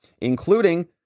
including